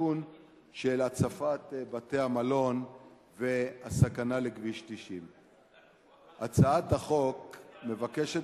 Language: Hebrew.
הסכנה של הצפת בתי-המלון והסכנה לכביש 90. הצעת החוק מבקשת